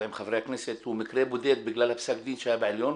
עם חברי הכנסת הוא מקרה בודד בגלל פסק הדין שהיה בעליון?